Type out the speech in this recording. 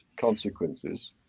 consequences